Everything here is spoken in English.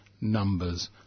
numbers